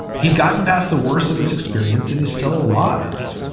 he'd gotten past the worst of this experience and he's still alive.